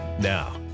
Now